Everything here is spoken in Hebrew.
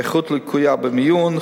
איכות לקויה במיון,